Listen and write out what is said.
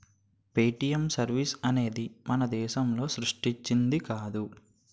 Paytm service అనేది మన దేశం సృష్టించింది కాదు